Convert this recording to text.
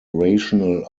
rational